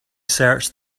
search